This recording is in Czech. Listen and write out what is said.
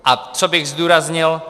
A co bych zdůraznil.